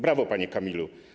Brawo, panie Kamilu!